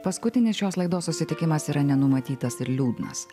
paskutinis šios laidos susitikimas yra nenumatytas ir liūdnas